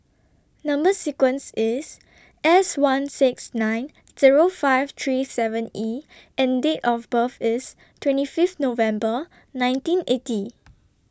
Number sequence IS S one six nine Zero five three seven E and Date of birth IS twenty five November nineteen eighty